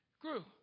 grew